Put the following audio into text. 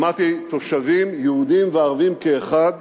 שמעתי תושבים יהודים וערבים כאחד